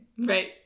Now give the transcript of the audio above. Right